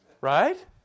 Right